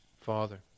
Father